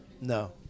No